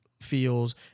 feels